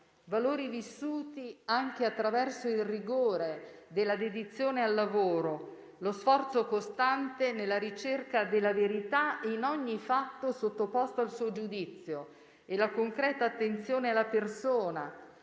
valori vissuti anche attraverso il rigore della dedizione al lavoro, lo sforzo costante nella ricerca della verità in ogni fatto sottoposto al suo giudizio e la concreta attenzione alla persona,